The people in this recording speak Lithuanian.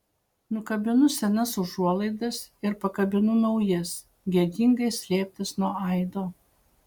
nukabinu senas užuolaidas ir pakabinu naujas gėdingai slėptas nuo aido